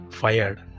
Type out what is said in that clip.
fired